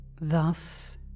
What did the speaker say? Thus